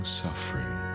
suffering